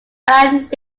band